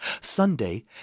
Sunday